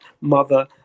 mother